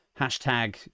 Hashtag